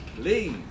please